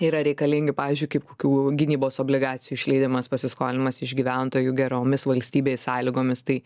yra reikalingi pavyzdžiui kaip kokių gynybos obligacijų išleidimas pasiskolinimas iš gyventojų geromis valstybei sąlygomis tai